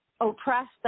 oppressed